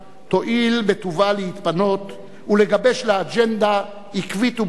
תואיל בטובה להתפנות ולגבש לה אג'נדה עקבית וברורה.